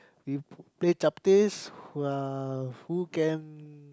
we play chaptehs who are who can